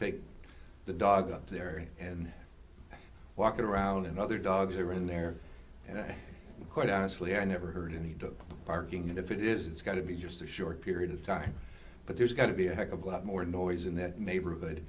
take the dog up there and walk around and other dogs are in there and quite honestly i never heard any dog barking and if it is it's got to be just a short period of time but there's got to be a heck of a lot more noise in that neighborhood